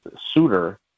suitor